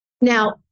Now